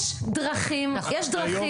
יש דרכים, יש דרכים.